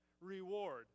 reward